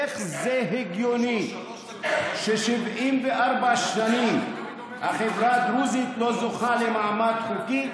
איך זה הגיוני ש-74 שנים החברה הדרוזית לא זוכה למעמד חוקי,